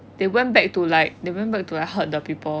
they went back to like they went back to like hurt the people